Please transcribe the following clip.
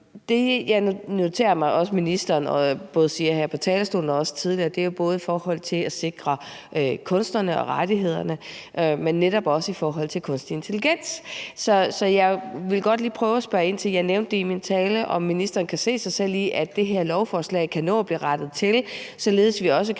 Det, jeg noterede mig ministeren sagde på talerstolen og også tidligere, er både det om at sikre kunstnerne rettighederne, men netop også det om kunstig intelligens. Så jeg vil godt lige prøve at spørge ind til det. Jeg spurgte i min tale, om ministeren kan se sig selv i, at det her lovforslag kan nå at blive rettet til, således at vi også kan